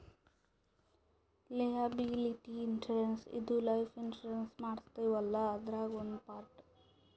liability insurance ಇದು life insurance ಮಾಡಸ್ತೀವಲ್ಲ ಅದ್ರಾಗೇ ಒಂದ್ ಪಾರ್ಟ್